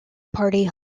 party